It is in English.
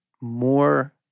more